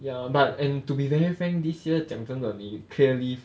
ya but and to be very frank this year 讲真的你 clear leave